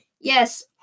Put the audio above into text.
yes